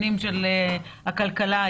אני